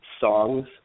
songs